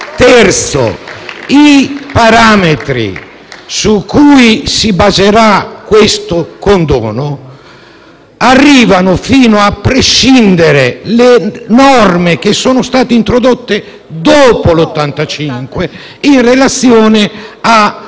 luogo, i parametri su cui si baserà questo condono arrivano fino a prescindere dalle norme che sono state introdotte dopo il 1985, in relazione alla